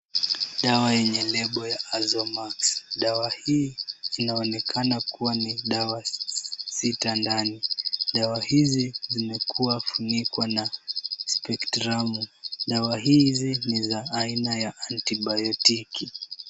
Dawa yenye lebo ya Azomax. Dawa hii inaonekana kuwa ni dawa sita ndani. Dawa hizi zimekuwa funikwa na spektramu . Dawa hizi ni za aina ya antibiotiki.